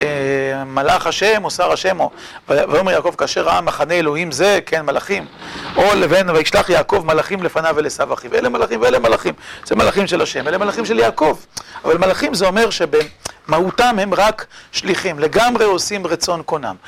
מלאך השם או שר השם, ואומר יעקב כאשר ראה מחנה אלוהים זה כן מלאכים, או לבין וישלח יעקב מלאכים לפניו אל עשיו אחיו, ואלה מלאכים ואלה מלאכים זה מלאכים של השם, ואלה מלאכים של יעקב אבל מלאכים זה אומר שבמהותם הם רק שליחים, לגמרי עושים רצון קונם